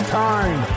time